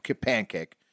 pancake